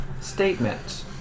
Statement